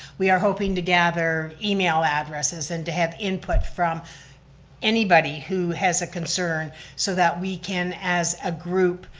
we are hoping to gather email addresses and to have input from anybody who has a concern so that we can, as a group,